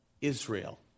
Israel